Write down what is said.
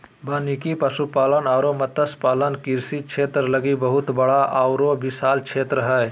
वानिकी, पशुपालन अरो मत्स्य पालन कृषि क्षेत्र लागी बहुत बड़ा आरो विशाल क्षेत्र हइ